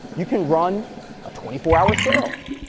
you can run a twenty four hour sale.